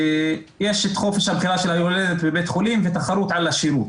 יש את חופש הבחירה של היולדת בבית חולים ותחרות על השירות.